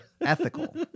ethical